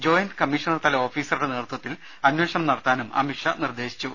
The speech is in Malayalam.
ജോയന്റ് കമ്മീഷണർതല ഓഫീസറുടെ നേതൃത്വത്തിൽ അന്വേഷണം നടത്താനും അമിത് ഷാ നിർദ്ദേശിച്ചു